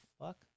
fuck